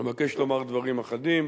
אבקש לומר דברים אחדים